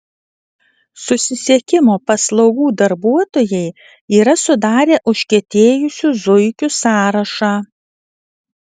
susisiekimo paslaugų darbuotojai yra sudarę užkietėjusių zuikių sąrašą